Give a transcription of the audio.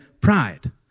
Pride